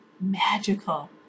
magical